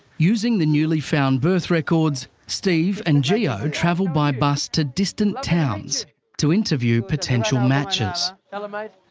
using the newly found birth records, steve and geo travel by bus to distant towns to interview potential matches. hello, mate,